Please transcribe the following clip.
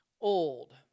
old